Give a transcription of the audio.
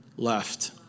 left